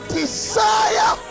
desire